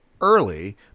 early